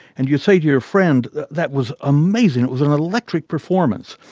and you say to your friend, that was amazing, it was an electric performance.